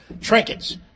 trinkets